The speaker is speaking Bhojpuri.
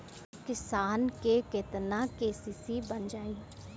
एक किसान के केतना के.सी.सी बन जाइ?